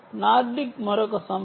Nordic మరొక సంస్థ